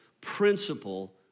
principle